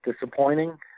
Disappointing